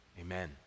Amen